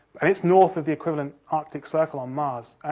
and it's north of the equivalent arctic circle on mars.